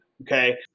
Okay